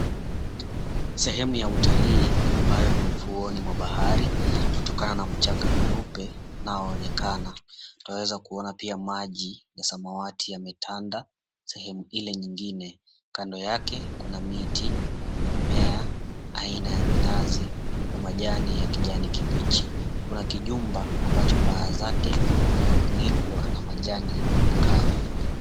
Sehemu ya utalii, ambayo ni ufuoni mwa bahari kutokana na mchanga mweupe unaoonekana. Twaweza kuona pia maji ya samawati yametanda sehemu ile nyingine. Kando yake kuna miti na mimea aina ya minazi na majani ya kijani kibichi. Kuna kijumba ambacho paa zake kimefunikwa na majani makavu.